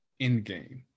Endgame